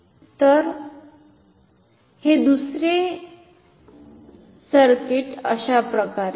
तर हे दुसरे सर्किट अशाप्रकारे आहे